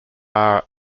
are